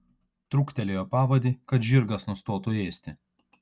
truktelėjo pavadį kad žirgas nustotų ėsti